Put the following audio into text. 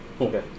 Okay